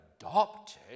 adopted